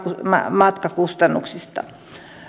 matkakustannuksista